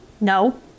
no